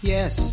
Yes